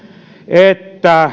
että